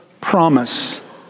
promise